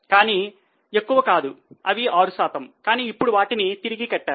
కానీ ఎక్కువ కాదు అవి 6 శాతం కానీ ఇప్పుడు వాటిని తిరిగి కట్టారు